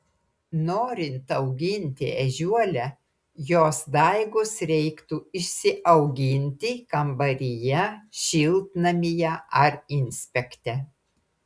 norint auginti ežiuolę jos daigus reiktų išsiauginti kambaryje šiltnamyje ar inspekte